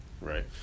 Right